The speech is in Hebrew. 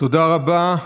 תודה רבה.